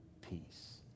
peace